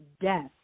death